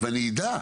ואני אדע,